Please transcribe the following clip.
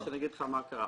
אני אומר לך מה קרה.